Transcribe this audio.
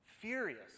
Furious